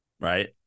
Right